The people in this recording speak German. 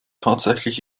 tatsächlich